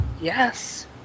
Yes